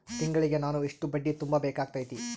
ತಿಂಗಳಿಗೆ ನಾನು ಎಷ್ಟ ಬಡ್ಡಿ ತುಂಬಾ ಬೇಕಾಗತೈತಿ?